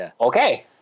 okay